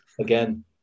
again